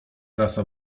rasa